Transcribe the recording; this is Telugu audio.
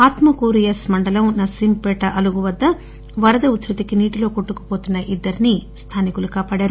ఆత్మకూర్ ఎస్ మండలంనసీంపేట అలుగు వద్ద వరద ఉదృతి కి నీటిలో కొట్లుకు పోతున్న ఇద్దరిని స్థానికులు కాపాడారు